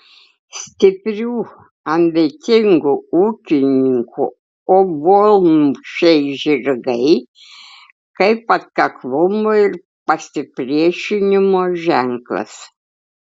stiprių ambicingų ūkininkų obuolmušiai žirgai kaip atkaklumo ir pasipriešinimo ženklas